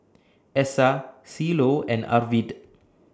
Essa Cielo and Arvid